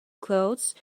clouds